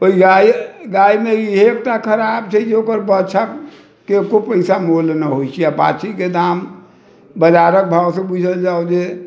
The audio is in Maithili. ओहि गाय गायमे ई एकटा खराब छै जे ओकर बाछाके एक्को पैसा मोल न होइ छै आओर बाछीके दाम बाजारक भावसँ बुझल जाऊ जे